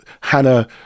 Hannah